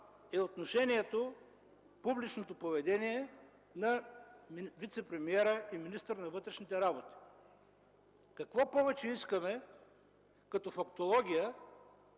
е отношението, публичното поведение на вицепремиера и министър на вътрешните работи. Какво повече искаме като фактология,